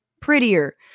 prettier